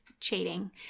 cheating